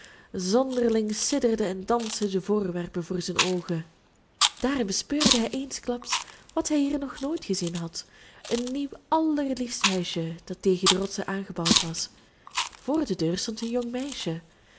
zonderling sidderden en dansten de voorwerpen voor zijn oogen daar bespeurde hij eensklaps wat hij hier nog nooit gezien had een nieuw allerliefst huisje dat tegen de rotsen aangebouwd was voor de deur stond een jong meisje